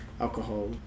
alcohol